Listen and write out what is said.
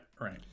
right